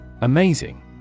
Amazing